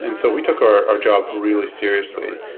and so we took our our job really seriously.